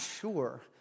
sure